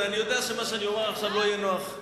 אני יודע שמה שאני אומר עכשיו לא יהיה נוח,